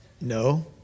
No